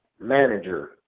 manager